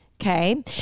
Okay